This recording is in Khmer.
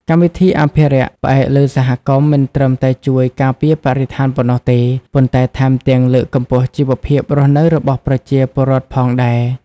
កម្មវិធីអភិរក្សផ្អែកលើសហគមន៍ មិនត្រឹមតែជួយការពារបរិស្ថានប៉ុណ្ណោះទេ ប៉ុន្តែថែមទាំងលើកកម្ពស់ជីវភាពរស់នៅរបស់ប្រជាពលរដ្ឋផងដែរ។